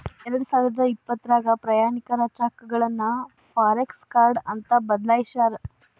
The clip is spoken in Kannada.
ಎರಡಸಾವಿರದ ಇಪ್ಪತ್ರಾಗ ಪ್ರಯಾಣಿಕರ ಚೆಕ್ಗಳನ್ನ ಫಾರೆಕ್ಸ ಕಾರ್ಡ್ ಅಂತ ಬದಲಾಯ್ಸ್ಯಾರ